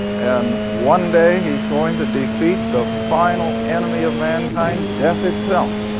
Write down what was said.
and one day hes going to defeat the final enemy of mankind, death itself.